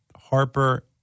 Harper